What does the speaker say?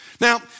Now